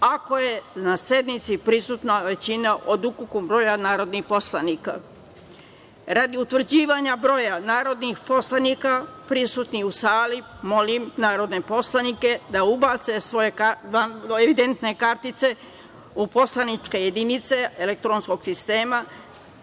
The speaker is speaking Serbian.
ako je na sednici prisutna većina od ukupnog broja narodnih poslanika. Radi utvrđivanja broja narodnih poslanika prisutnih u sali, molim narodne poslanike da ubace svoje identifikacione kartice u poslaničke jedinice elektronskog sistema